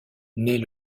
naît